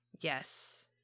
Yes